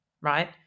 right